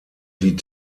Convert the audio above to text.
die